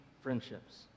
friendships